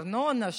הארנונה,